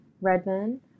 Redmond